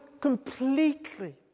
completely